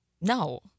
No